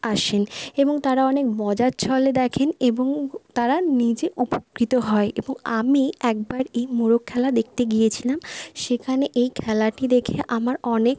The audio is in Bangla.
আসেন এবং তারা অনেক মজার ছলে দেখেন এবং তারা নিজে উপকৃত হয় এবং আমি একবার এই মোরগ খেলা দেখতে গিয়েছিলাম সেখানে এই খেলাটি দেখে আমার অনেক